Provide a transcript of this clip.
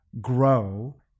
grow